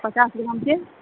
पचास ग्रामके